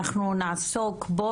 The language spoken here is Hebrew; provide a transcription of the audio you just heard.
אנחנו נעסוק בו,